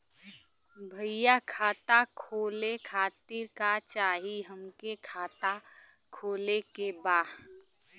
भईया खाता खोले खातिर का चाही हमके खाता खोले के बा?